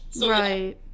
Right